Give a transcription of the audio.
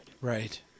Right